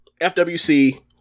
FWC